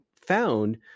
found